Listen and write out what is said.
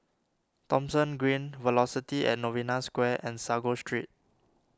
Thomson Green Velocity at Novena Square and Sago Street